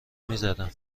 میزدم